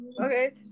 Okay